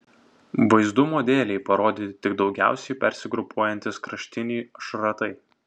vaizdumo dėlei parodyti tik daugiausiai persigrupuojantys kraštiniai šratai